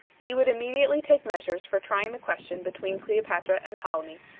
he would immediately take measures for trying the question between cleopatra and ptolemy,